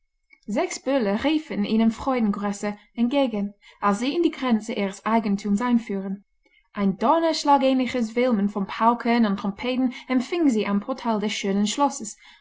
sechs böller riefen ihnen freudengrüße entgegen als sie in die grenze ihres eigentums einfuhren ein donnerschlagähnliches wirbeln von pauken und trompeten empfing sie am portal des schönen schlosses